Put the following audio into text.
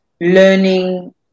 learning